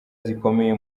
zikomeye